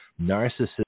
narcissist